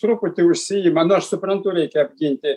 truputį užsiima nu aš suprantu reikia apginti